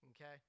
Okay